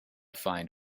find